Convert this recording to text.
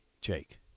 Jake